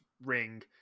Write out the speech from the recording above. ring